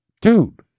dude